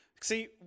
see